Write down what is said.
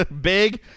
Big